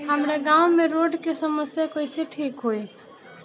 हमारा गाँव मे रोड के समस्या कइसे ठीक होई?